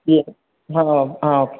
ಹಾಂ ಹಾಂ ಹಾಂ ಓಕೆ